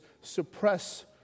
suppress